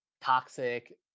Toxic